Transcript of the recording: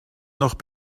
noch